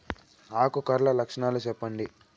ఆకు కర్ల లక్షణాలు సెప్పండి